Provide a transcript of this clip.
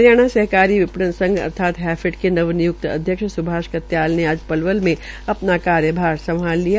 हरियाणा सहकारी विपणन संघ अर्थात हैफेड के नवनिय्क्त अध्यक्ष सृभाष कन्याल ने आज पलवल में अपना कार्यभार संभाल लिया